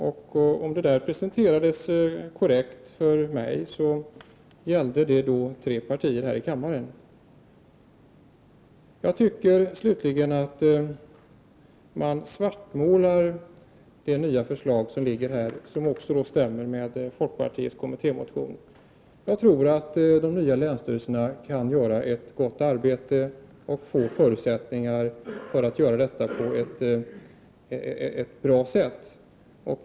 Om det där presenterades korrekt för mig, gällde det tre partier här i kammaren. Slutligen tycker jag att man svartmålar det nya förslaget, som också stämmer med folkpartiets kommittémotion. Jag tror att de nya länsstyrelserna kan göra ett gott arbete och få förutsättningar för att göra detta på ett bra sätt.